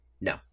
No